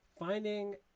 Finding